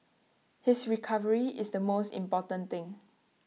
his recovery is the most important thing